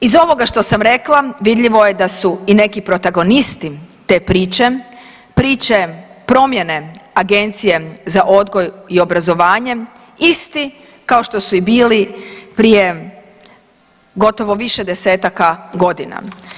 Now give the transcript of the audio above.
Iz ovoga što sam rekla vidljivo je da su i neki protagonisti te priče, priče promjene Agencije za odgoj i obrazovanje isti kao što su i bili prije gotovo više 10-taka godina.